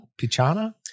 Pichana